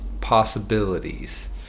possibilities